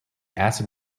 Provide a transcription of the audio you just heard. acid